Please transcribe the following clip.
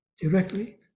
directly